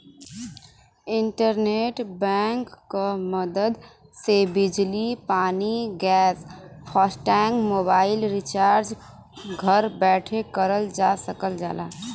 internet bank क मदद से बिजली पानी गैस फास्टैग मोबाइल रिचार्ज घर बैठे करल जा सकल जाला